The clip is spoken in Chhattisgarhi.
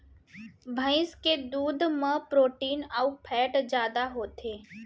भईंस के दूद म प्रोटीन अउ फैट जादा होथे